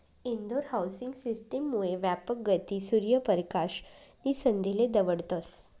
Indore housing system मुये यापक गती, सूर्य परकाश नी संधीले दवडतस